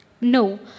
No